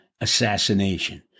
assassination